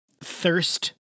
Thirst